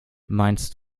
meinst